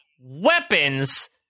weapons